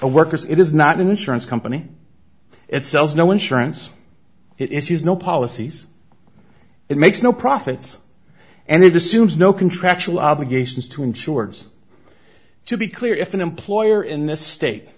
a workers it is not an insurance company it sells no insurance it is has no policies it makes no profits and it just seems no contractual obligations to insurance to be clear if an employer in this state